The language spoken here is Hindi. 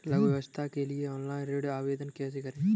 लघु व्यवसाय के लिए ऑनलाइन ऋण आवेदन कैसे करें?